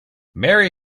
mary